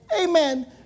Amen